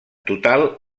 total